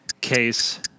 case